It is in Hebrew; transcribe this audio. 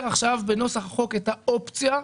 עכשיו בנוסח הצעת החוק את האופציה,